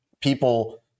people